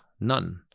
none